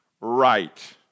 Right